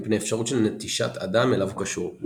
מפני אפשרות של נטישת אדם אליו הוא קשור.